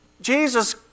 Jesus